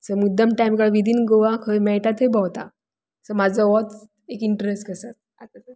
so मुद्दम time काडू विदीन गोवा खंय मेळटा थंय भोंवता सो म्हाजो होच एक इंट्रस कसो आतां तरी